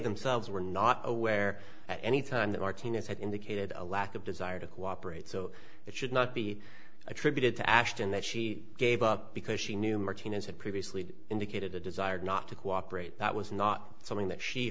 themselves were not aware at any time that our team has had indicated a lack of desire to cooperate so it should not be attributed to ashton that she gave up because she knew martinez had previously indicated a desire not to cooperate that was not something that she